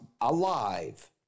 alive